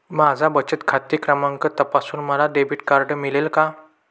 माझा बचत खाते क्रमांक तपासून मला डेबिट कार्ड मिळेल का?